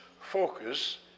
focus